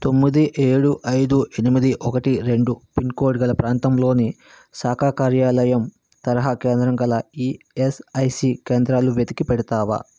తొమ్మిది ఏడు ఐదు ఎనిమిది ఒకటి రెండు పిన్కోడ్ గల ప్రాంతంలోని శాఖా కార్యాలయం తరహా కేంద్రం గల ఈఎస్ఐసి కేంద్రాలు వెతికి పెడతావా